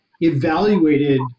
evaluated